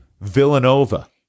Villanova